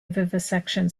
vivisection